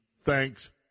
thanks